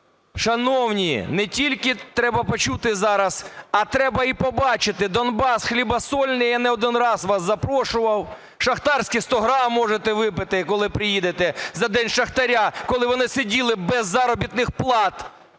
шановні. Не тільки треба почути зараз, а треба і побачити Донбас хлібосольний, я не один раз вас запрошував. Шахтарські 100 грам можете випити, коли приїдете, за День шахтаря, коли вони сиділи без заробітних плат,